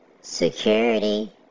Security